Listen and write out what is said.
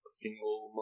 single